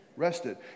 rested